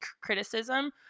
criticism